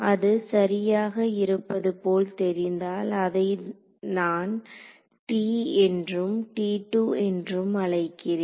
அது சரியாக இருப்பது போல் தெரிந்தால் அதை நான் T என்றும் என்றும் அழைக்கிறேன்